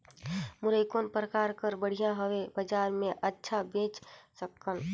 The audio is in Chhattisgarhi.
मुरई कौन प्रकार कर बढ़िया हवय? बजार मे अच्छा बेच सकन